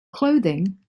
clothing